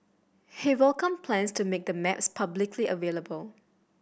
he welcomed plans to make the maps publicly available